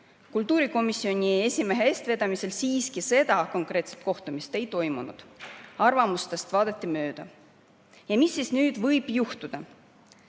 Kultuurikomisjoni esimehe soovil siiski seda konkreetset kohtumist ei toimunud. Arvamustest vaadati mööda. Ja mis siis nüüd võib juhtuda?